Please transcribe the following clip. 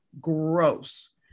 gross